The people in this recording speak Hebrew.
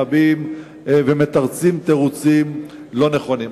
מתחבאים ומתרצים תירוצים לא נכונים.